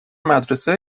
مدرسه